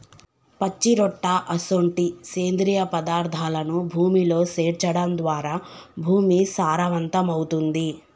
పచ్చిరొట్ట అసొంటి సేంద్రియ పదార్థాలను భూమిలో సేర్చడం ద్వారా భూమి సారవంతమవుతుంది